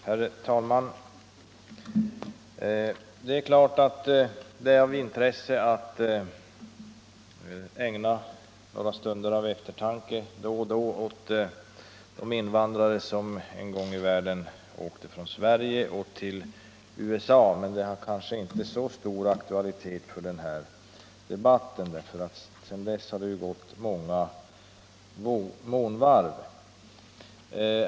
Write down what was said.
Herr talman! Det kan visst vara av intresse att då och då ägna några stunder av eftertanke åt de utvandrare, som en gång i tiden flyttade från Sverige till USA, men det har kanske inte så stor aktualitet för denna debatt, eftersom det sedan dess har gått så många månvarv.